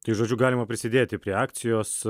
tai žodžiu galima prisidėti prie akcijos